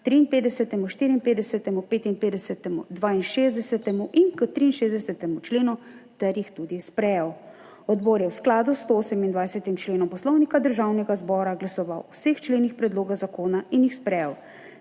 53., 54., 55., 62. in k 63. členu ter jih tudi sprejel. Odbor je v skladu s 128. členom Poslovnika Državnega zbora glasoval o vseh členih predloga zakona in jih sprejel.